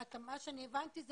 מה שאני הבנתי, שזה